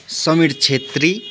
Samir Chhetri